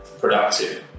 productive